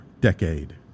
decade